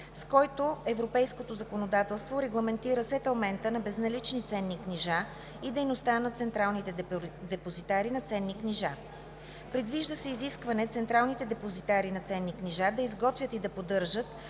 с който европейското законодателство регламентира сетълмента на безналични ценни книжа и дейността на централните депозитари на ценни книжа. Предвижда се изискване централните депозитари на ценни книжа да изготвят и поддържат